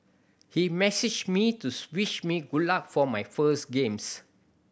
he messaged me to wish me good luck for my first games